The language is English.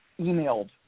emailed